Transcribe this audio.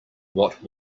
what